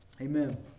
Amen